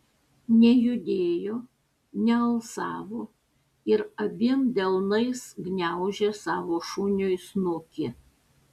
nejudėjo nealsavo ir abiem delnais gniaužė savo šuniui snukį